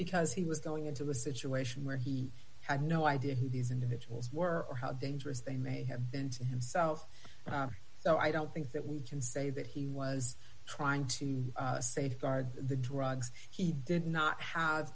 because he was going into a situation where he had no idea who these individuals were or how dangerous they may have been to himself so i don't think that we can say that he was trying to safeguard the drugs he did not have